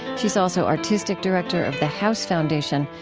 she's also artistic director of the house foundation,